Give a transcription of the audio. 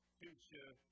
future